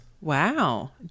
Wow